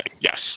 yes